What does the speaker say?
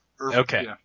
Okay